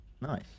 nice